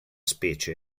specie